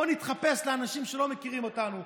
בוא נתחפש לאנשים שלא מכירים אותנו,